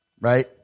Right